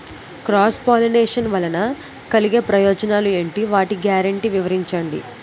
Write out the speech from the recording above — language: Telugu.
క్రాస్ పోలినేషన్ వలన కలిగే ప్రయోజనాలు ఎంటి? వాటి గ్యారంటీ వివరించండి?